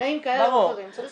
בתנאים כאלה ואחרים צריך כסף.